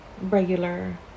regular